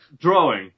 Drawing